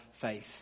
faith